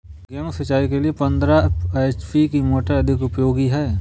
गेहूँ सिंचाई के लिए पंद्रह एच.पी की मोटर अधिक उपयोगी है?